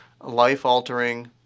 life-altering